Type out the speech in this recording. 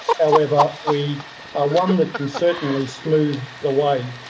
however, we ah one that can certainly smooth the way.